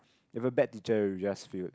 if a bad teacher you'll just feel